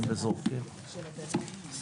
הישיבה ננעלה בשעה 10:33.